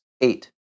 Eight